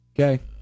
Okay